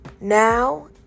now